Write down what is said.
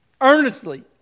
earnestly